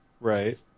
right